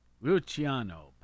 Luciano